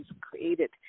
created